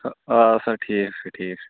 ادٕ سا ٹھیٖک چھُ ٹھیٖک چھُ